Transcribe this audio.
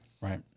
Right